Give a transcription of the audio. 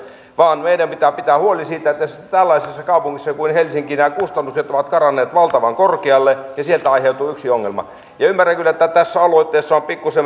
vaan meidän pitää pitää huoli siitä että tällaisessa kaupungissa kuin helsinki nämä kustannukset ovat karanneet valtavan korkealle ja sieltä aiheutuu yksi ongelma ymmärrän kyllä että tässä aloitteessa on pikkuisen